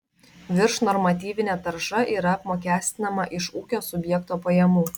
viršnormatyvinė tarša yra apmokestinama iš ūkio subjekto pajamų